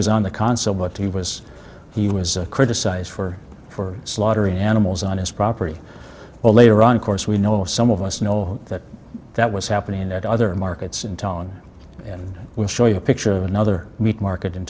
was on the console but he was he was criticized for for slaughtering animals on his property later on course we know some of us know that that was happening at other markets in tone and we'll show you a picture of another meat market in